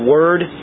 Word